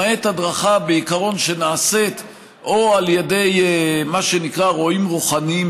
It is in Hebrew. למעט הדרכה שנעשית או על ידי מה שנקרא "רועים רוחניים